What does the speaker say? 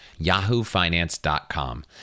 YahooFinance.com